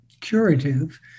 curative